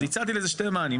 אז הצעתי לזה שני מענים,